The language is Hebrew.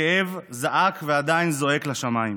הכאב זעק ועדיין זועק לשמיים.